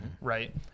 right